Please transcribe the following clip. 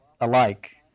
alike